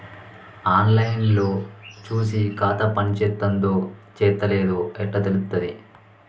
On line లో చూసి ఖాతా పనిచేత్తందో చేత్తలేదో ఎట్లా తెలుత్తది?